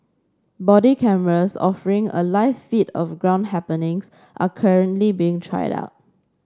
body cameras offering a live feed of ground happenings are currently being tried out